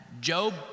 Job